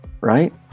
right